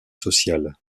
sociales